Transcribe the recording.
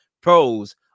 pros